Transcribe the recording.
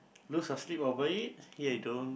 lose your sleep over it don't